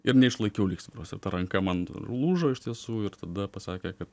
ir neišlaikiau lygsvaros ir ta ranka man lūžo iš tiesų ir tada pasakė kad